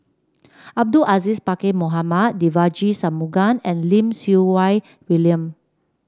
Abdul Aziz Pakkeer Mohamed Devagi Sanmugam and Lim Siew Wai William